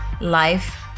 life